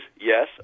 yes